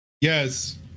Yes